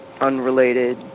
unrelated